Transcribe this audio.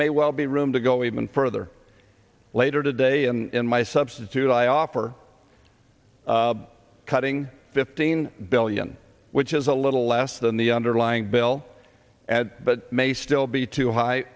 may i'll be room to go even further later today and my substitute i offer cutting fifteen billion which is a little less than the underlying bill and but may still be too high